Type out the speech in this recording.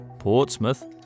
Portsmouth